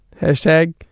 Hashtag